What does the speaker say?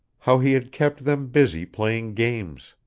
how he had kept them busy playing games,